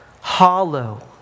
hollow